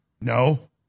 No